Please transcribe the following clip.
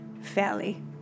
fairly